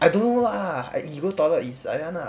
I don't know lah uh he go toilet is like that one ah